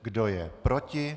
Kdo je proti?